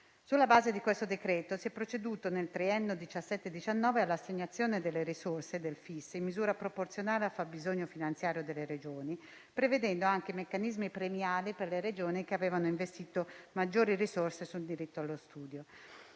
Sulla base di questo decreto si è proceduto, nel triennio 2017-2019, all'assegnazione delle risorse del FIS in misura proporzionale al fabbisogno finanziario delle Regioni, prevedendo anche meccanismi premiali per le Regioni che avevano investito maggiori risorse sul diritto allo studio.